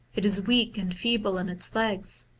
it is weak and feeble in its legs,